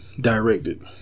directed